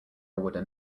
wooden